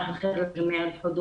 בוקר טוב לכולם.